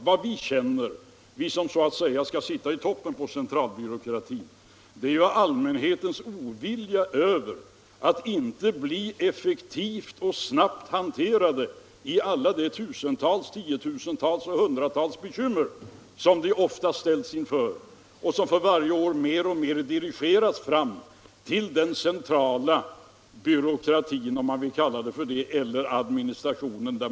Vad vi känner, vi som så att säga skall sitta i toppen på centralbyråkratin, är ju allmänhetens ovilja över att inte bli effektivt och snabbt betjänad när det gäller de hundratals, tusentals och tiotusentals bekymmer som man ofta ställs inför och som för varje år mer och mer dirigeras fram till den centrala byråkratin — om man vill använda det uttrycket — eller administrationen.